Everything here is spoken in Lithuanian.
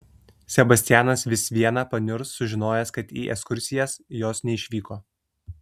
sebastianas vis viena paniurs sužinojęs kad į ekskursijas jos neišvyko